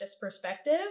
perspective